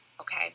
Okay